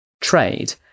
trade